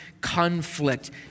conflict